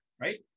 right